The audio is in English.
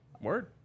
Word